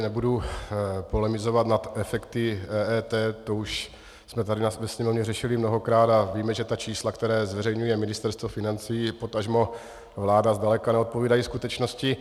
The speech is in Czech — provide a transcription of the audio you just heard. Nebudu tady polemizovat nad efekty EET, to už jsme tady ve sněmovně řešili mnohokrát a víme, že ta čísla, která zveřejňuje Ministerstvo financí, potažmo vláda, zdaleka neodpovídají skutečnosti.